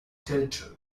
territory